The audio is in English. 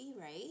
right